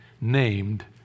named